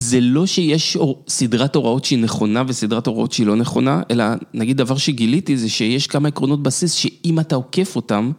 זה לא שיש סדרת הוראות שהיא נכונה וסדרת הוראות שהיא לא נכונה, אלא נגיד, דבר שגיליתי זה שיש כמה עקרונות בסיס שאם אתה עוקף אותן...